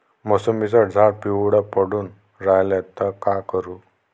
मोसंबीचं झाड पिवळं पडून रायलं त का करू?